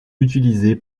utilisé